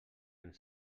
ens